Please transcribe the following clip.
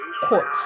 court